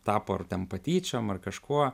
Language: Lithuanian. tapo ar ten patyčiom ar kažkuo